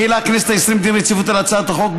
החילה הכנסת העשרים דין רציפות על הצעת החוק,